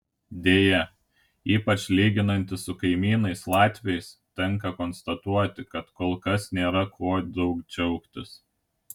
deja ypač lyginantis su kaimynais latviais tenka konstatuoti kad kol kas nėra kuo daug džiaugtis